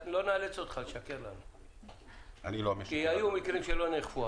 שמאשר להוסיף קווי אוטובוסים בין עירוניים כתגבור לקווים